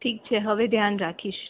ઠીક છે હવે ધ્યાન રાખીશ